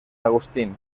agustín